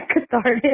cathartic